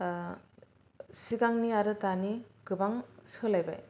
सिगांनि आरो दानि गोबां सोलायबाय